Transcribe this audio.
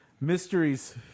Mysteries